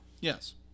Yes